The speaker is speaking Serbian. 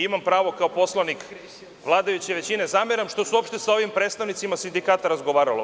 Imam pravo kao poslanik vladajuće većine, zameram što su uopšte sa ovim predstavnicima sindikata razgovarali.